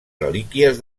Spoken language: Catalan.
relíquies